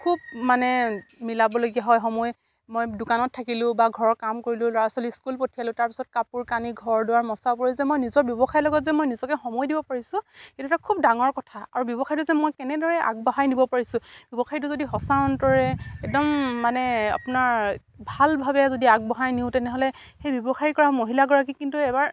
খুব মানে মিলাবলগীয়া হয় সময় মই দোকানত থাকিলোঁ বা ঘৰ কাম কৰিলোঁ ল'ৰা ছোৱালী স্কুল পঠিয়ালোঁ তাৰপিছত কাপোৰ কানি ঘৰ দুৱাৰ মচা কৰি যে মই নিজৰ ব্যৱসায় লগত যে মই নিজকে সময় দিব পাৰিছোঁ সেইটো এটা খুব ডাঙৰ কথা আৰু ব্যৱসায়টো যে মই কেনেদৰে আগবঢ়াই নিব পাৰিছোঁ ব্যৱসায়টো যদি সঁচা অন্তৰে একদম মানে আপোনাৰ ভালভাৱে যদি আগবঢ়াই নিওঁ তেনেহ'লে সেই ব্যৱসায় কৰা মহিলাগৰাকী কিন্তু এবাৰ